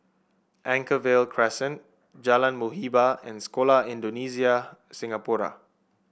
Anchorvale Crescent Jalan Muhibbah and Sekolah Indonesia Singapura